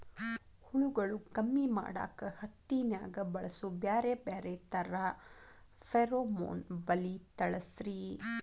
ಹುಳುಗಳು ಕಮ್ಮಿ ಮಾಡಾಕ ಹತ್ತಿನ್ಯಾಗ ಬಳಸು ಬ್ಯಾರೆ ಬ್ಯಾರೆ ತರಾ ಫೆರೋಮೋನ್ ಬಲಿ ತಿಳಸ್ರಿ